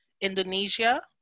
Indonesia